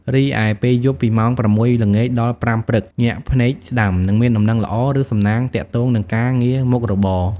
រីឯ ពេលយប់ ពីម៉ោង ៦ ល្ងាច ដល់ ៥ ព្រឹក ញាក់ភ្នែកស្តាំ នឹងមានដំណឹងល្អ ឬសំណាងទាក់ទងនឹងការងារមុខរបរ។